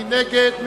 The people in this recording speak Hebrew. מי נגד?